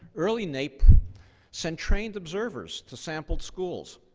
early naep send trained observers to sampled schools.